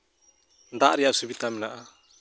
ᱫᱟᱜ ᱨᱮᱭᱟᱜ ᱥᱩᱵᱤᱫᱟ ᱢᱮᱱᱟᱜᱼᱟ